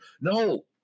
No